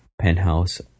Penthouse